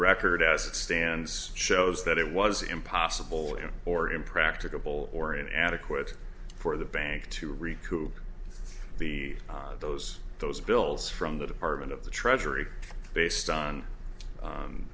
record as it stands shows that it was impossible or impracticable or an adequate for the bank to recoup the those those bills from the department of the treasury based on